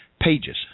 pages